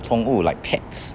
宠物 like pets